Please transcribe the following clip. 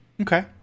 Okay